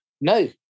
No